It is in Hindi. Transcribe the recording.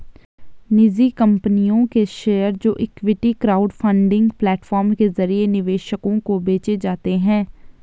निजी कंपनियों के शेयर जो इक्विटी क्राउडफंडिंग प्लेटफॉर्म के जरिए निवेशकों को बेचे जाते हैं